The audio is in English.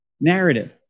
Narrative